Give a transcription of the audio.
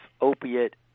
opiate